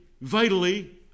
vitally